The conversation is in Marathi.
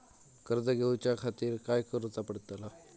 कर्ज घेऊच्या खातीर काय करुचा पडतला?